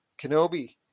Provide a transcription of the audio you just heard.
Kenobi